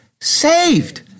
saved